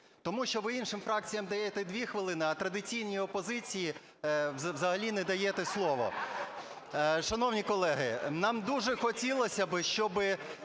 Тому що ви іншим фракціям даєте 2і хвилини, а традиційній опозиції взагалі не даєте слово. Шановні колеги, нам дуже хотілося б, щоб